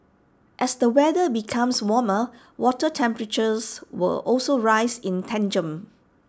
as the weather becomes warmer water temperatures will also rise in tandem